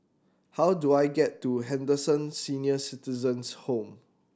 how do I get to Henderson Senior Citizens' Home